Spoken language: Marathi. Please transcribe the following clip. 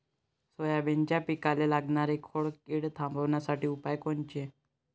सोयाबीनच्या पिकाले लागनारी खोड किड थांबवासाठी उपाय कोनचे?